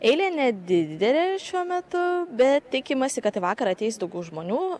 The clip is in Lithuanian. eilė nedidelė šiuo metu bet tikimasi kad į vakarą ateis daugiau žmonių